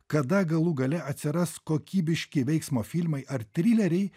kada galų gale atsiras kokybiški veiksmo filmai ar trileriai